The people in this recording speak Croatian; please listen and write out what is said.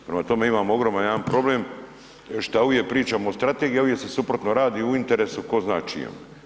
Prema tome imamo ogroman jedan problem šta uvijek pričamo o strategiji, a uvijek se suprotno radi u interesu tko zna čijem.